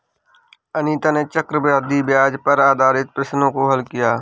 अनीता ने चक्रवृद्धि ब्याज पर आधारित प्रश्नों को हल किया